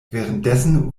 währenddessen